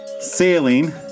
sailing